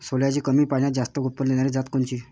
सोल्याची कमी पान्यात जास्त उत्पन्न देनारी जात कोनची?